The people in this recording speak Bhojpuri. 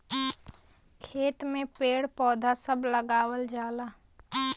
खेत में पेड़ पौधा सभ लगावल जाला